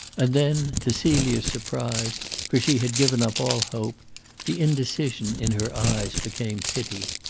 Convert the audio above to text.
and then, to celia's surprise for she had given up all hope the indecision in her eyes became pity.